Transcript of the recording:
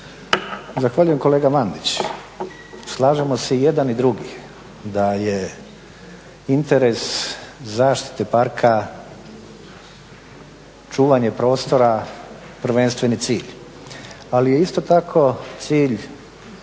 Zahvaljujem. Kolega Mandić, slažemo se i jedan i drugi da je interes zaštite parka, čuvanje prostora prvenstveni cilj. Ali je isto tako cilj,